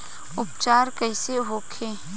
उपचार कईसे होखे?